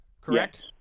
Correct